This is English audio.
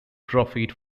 profit